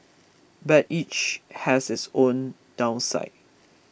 but each has its own downside